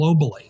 globally